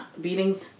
beating